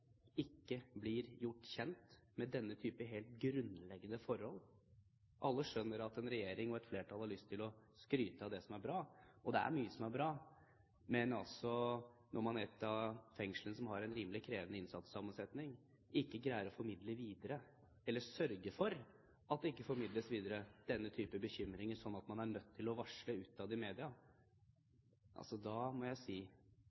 ikke blir gjort kjent med denne typen helt grunnleggende forhold. Alle skjønner at en regjering og et flertall har lyst til å skryte av det som er bra – og det er mye som er bra. Men når man i et av fengslene, som har en rimelig krevende innsattesammensetning, ikke greier å formidle videre, eller ikke sørger for at det formidles videre, denne typen bekymringer, sånn at noen er nødt til å varsle utad i media, må jeg si